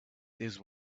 these